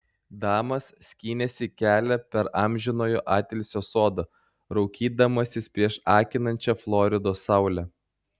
damas skynėsi kelią per amžinojo atilsio sodą raukydamasis prieš akinančią floridos saulę